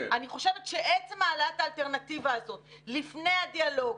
אני חושבת שעצם העלאת האלטרנטיבה הזו לפני הדיאלוג,